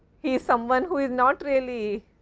he is someone, who is not really or